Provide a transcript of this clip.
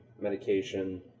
medication